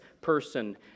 person